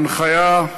ההנחיה,